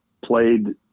played